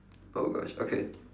oh gosh okay